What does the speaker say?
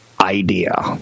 idea